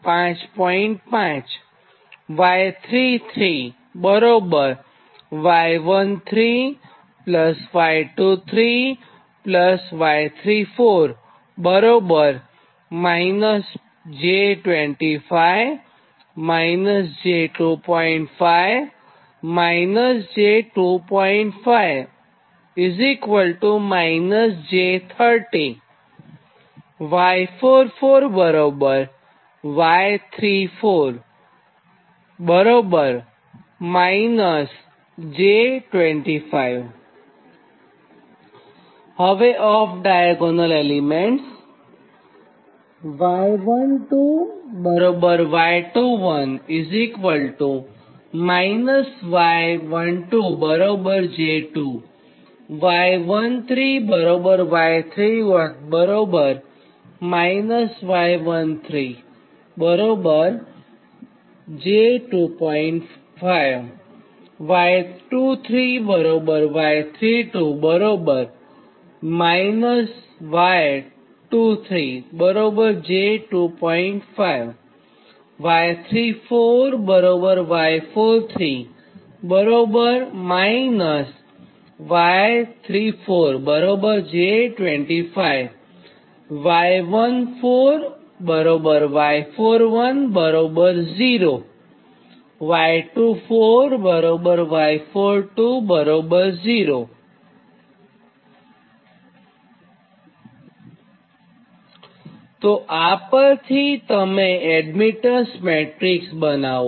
તે જ રીતે હવે ઓફ ડાયાગોનલ એલિમેન્ટસ તોઆ પરથી તમે એડમીટન્સ મેટ્રીક્સ બનાવો